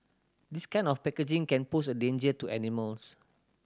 this kind of packaging can pose a danger to animals